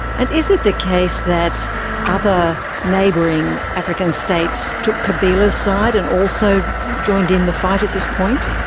and is it the case that other neighbouring african states took kabila's side and also joined in the fight at this point?